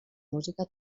música